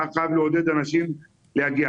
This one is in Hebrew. זה היה חייב לעודד אנשים להגיע.